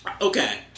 okay